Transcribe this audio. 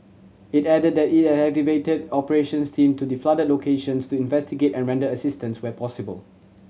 it added that it had activated operations team to the flooded locations to investigate and render assistance where possible